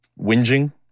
whinging